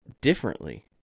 differently